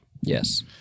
Yes